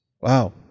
Wow